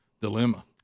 Dilemma